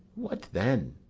what then?